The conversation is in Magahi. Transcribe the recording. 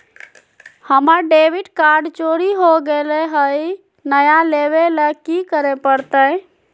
हमर डेबिट कार्ड चोरी हो गेले हई, नया लेवे ल की करे पड़तई?